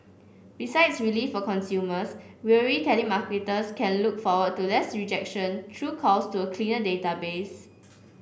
besides relief for consumers weary telemarketers can look forward to less rejection through calls to a clear database